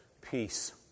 peace